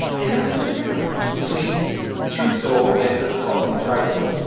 and that's the difference between so ah true soul and let's call it contrived soul.